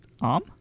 Arm